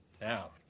Now